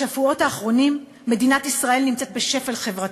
בשבועות האחרונים מדינת ישראל נמצאת בשפל חברתי.